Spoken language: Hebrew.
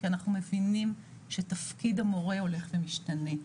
כי אנחנו מבינים שתפקיד המורה הולך ומשתנה.